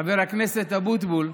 חבר הכנסת אבוטבול,